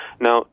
Now